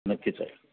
नक्कीच आहे